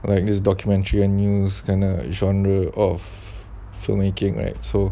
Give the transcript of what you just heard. like this documentary and new kinda genre of filmmaking right so